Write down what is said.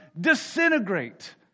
disintegrate